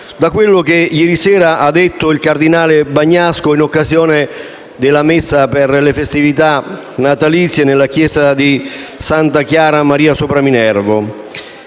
da quello che ieri sera ha detto il cardinal Bagnasco in occasione della messa per le festività natalizie nella basilica di Santa Maria sopra Minerva: